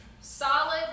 Solid